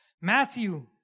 Matthew